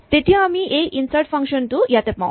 তেতিয়া আমি এই ইনচাৰ্ট ফাংচন টো ইয়াত পাওঁ